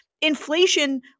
inflation